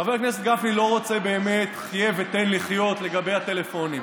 חבר הכנסת גפני לא רוצה באמת "חיה ותן לחיות" לגבי הטלפונים,